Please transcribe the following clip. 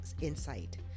insight